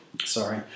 Sorry